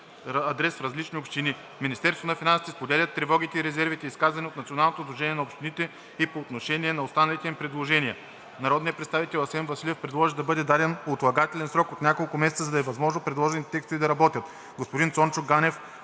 адрес в различни общини. Министерството на финансите споделят тревогите и резервите, изказани от Националното сдружение на общините в Република България и по отношение на останалите им предложения. Народният представител Асен Василев предложи да бъде даден отлагателен срок от няколко месеца, за да е възможно предложените текстове да работят.